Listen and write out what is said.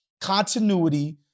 continuity